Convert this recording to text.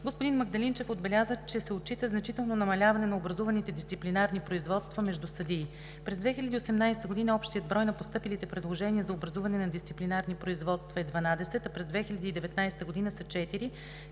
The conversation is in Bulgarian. Господин Магдалинчев отбеляза, че се отчита значително намаляване на образуваните дисциплинарни производства срещу съдии. През 2018 г. общият брой на постъпилите предложения за образуване на дисциплинарни производства е 12, а през 2019 г. са